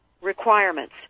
requirements